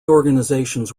organisations